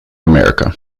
america